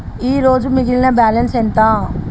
ఈరోజు మిగిలిన బ్యాలెన్స్ ఎంత?